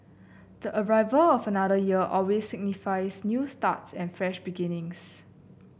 the arrival of another year always signifies new starts and fresh beginnings